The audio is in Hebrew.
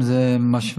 אם זה משווה.